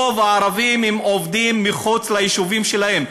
רוב הערבים עובדים מחוץ ליישובים שלהם.